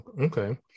Okay